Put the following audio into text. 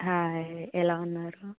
hi ఎలా ఉన్నారు